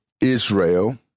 Israel